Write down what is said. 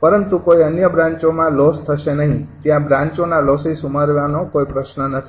પરંતુ કોઈ અન્ય બ્રાંચોમાં લોસ થશે નહીં ત્યાં બ્રાંચોના લોસીસ ઉમેરવાનો કોઈ પ્રશ્ન નથી